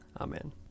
Amen